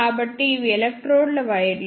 కాబట్టి ఇవి ఎలక్ట్రోడ్ల వైర్లు